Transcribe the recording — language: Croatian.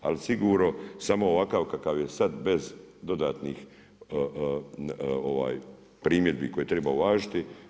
Ali sigurno samo ovakav kakav je sad bez dodatnih primjedbi koje treba uvažiti.